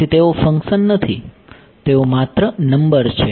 તેથી તેઓ ફંક્શન નથી તેઓ માત્ર નંબર છે